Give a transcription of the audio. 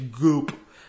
goop